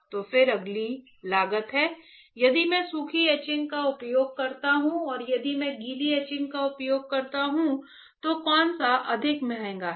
तो फिर अगली लागत है यदि मैं सूखी एचिंग का उपयोग करता हूँ और यदि मैं गीली एचिंग का उपयोग करता हूँ तो कौन सा अधिक महंगा है